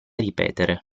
ripetere